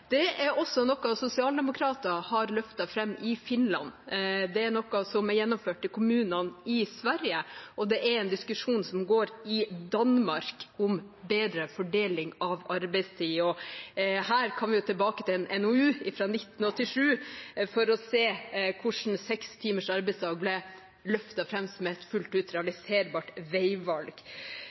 Det er også noe sosialdemokrater har løftet fram i Finland. Det er gjennomført i kommuner i Sverige, og det er en diskusjon i Danmark om bedre fordeling av arbeidstid. Her kan vi gå tilbake til en NOU fra 1987 for å se hvordan seks timers arbeidsdag ble løftet fram som et fullt ut realiserbart veivalg.